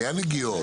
היו נגיעות.